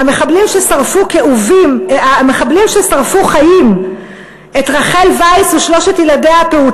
המחבלים שרצחו את הטרקטוריסט יגאל וקנין